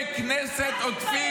בגלל שאין לכם מקצועות ליבה?